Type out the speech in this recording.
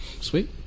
Sweet